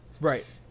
Right